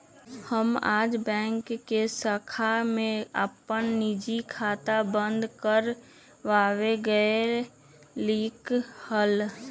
हम आज बैंक के शाखा में अपन निजी खाता बंद कर वावे गय लीक हल